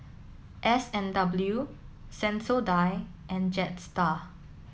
S and W Sensodyne and Jetstar